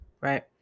right